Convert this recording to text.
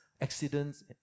accidents